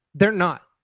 they're not.